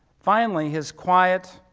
finally, his quiet,